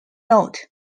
road